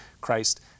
Christ